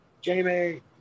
jamie